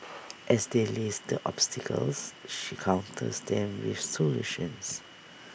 as they list the obstacles she counters them with solutions